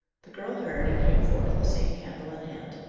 the girl heard, and came forth, the same candle in hand.